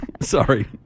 Sorry